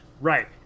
Right